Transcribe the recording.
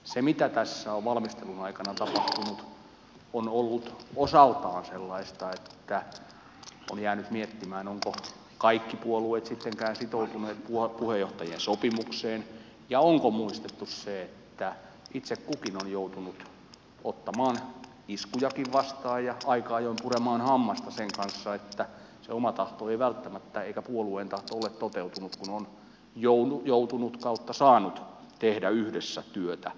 se mitä tässä on valmistelun aikana tapahtunut on ollut osaltaan sellaista että on jäänyt miettimään ovatko kaikki puolueet sittenkään sitoutuneet puheenjohtajien sopimukseen ja onko muistettu se että itse kukin on joutunut ottamaan iskujakin vastaan ja aika ajoin puremaan hammasta sen vuoksi että ei se oma tahto eikä puolueen tahto ole välttämättä toteutunut kun on joutunut tai saanut tehdä yhdessä työtä